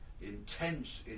intense